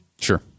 Sure